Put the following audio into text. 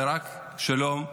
רק שלום.